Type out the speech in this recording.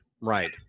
right